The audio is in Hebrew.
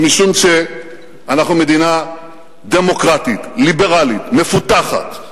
היא שאנחנו מדינה דמוקרטית, ליברלית, מפותחת.